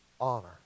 honor